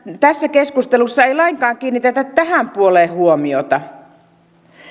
tässä keskustelussa ei lainkaan kiinnitetä tähän puoleen huomiota